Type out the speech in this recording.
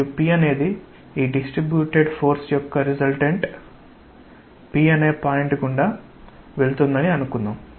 మరియు P అనేది ఈ డిస్ట్రిబ్యూటెడ్ ఫోర్స్ యొక్క రిసల్టెంట్ P అనే పాయింట్ గుండా వెళుతుందని అని అనుకుందాం